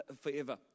forever